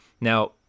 Now